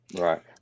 Right